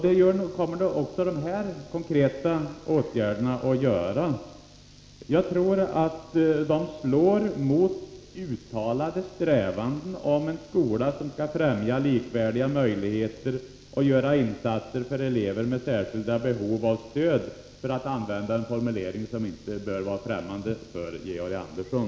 Det kommer också dessa konkreta åtgärder att göra. De slår mot uttalade strävanden för en skola, som skall främja likvärdiga möjligheter och göra insatser för elever med särskilda behov av stöd, för att använda en formulering som inte bör vara främmande för Georg Andersson.